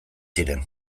ziren